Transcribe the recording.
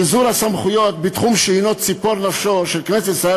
ביזור הסמכויות בתחום שהנו ציפור נפשה של כנסת ישראל